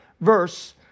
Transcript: verse